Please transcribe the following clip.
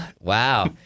wow